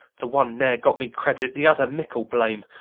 the one ne'er got me credit, the other mickle blame.